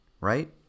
right